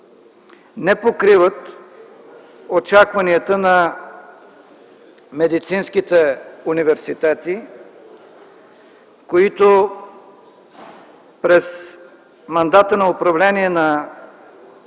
не покриват очакванията на медицинските университети, които през мандата на управлението на